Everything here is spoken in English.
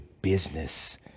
business